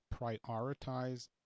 prioritize